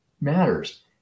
matters